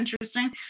interesting